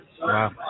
Wow